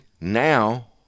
now